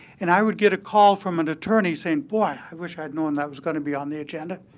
and i would get a call from an attorney saying, boy, i wish i'd known that was going to be on the agenda.